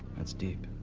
that's deep.